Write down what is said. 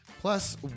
Plus